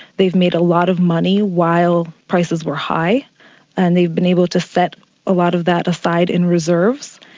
they've made a lot of money while prices were high and they've been able to set a lot of that aside in reserves.